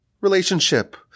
relationship